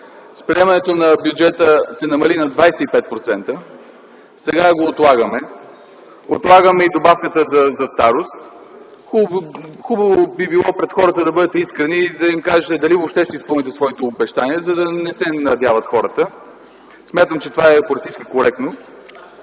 с приемането на бюджета се намали на 25%, сега го отлагаме, отлагаме и добавката за старост. Хубаво би било пред хората да бъдете искрени и да им кажете дали въобще ще изпълните своите обещания, за да не се надяват хората. Смятам, че това е политически коректно.